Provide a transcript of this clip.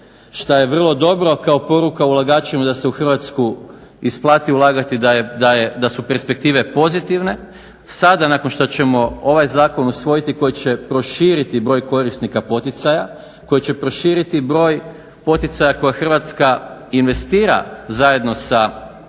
šta je vrlo dobro kao poruka da se u Hrvatsku isplati ulagati, da su perspektive pozitivne. Sada nakon što ćemo ovaj zakon usvojiti koji će proširiti broj korisnika poticaja, koji će proširiti broj poticaja koje Hrvatska investira zajedno sa onima koji